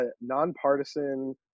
nonpartisan